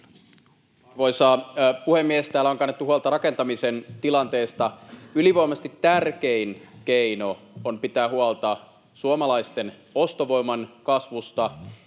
Kiitos